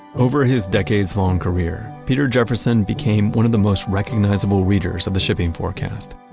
over his decades long career, peter jefferson became one of the most recognizable readers of the shipping forecast,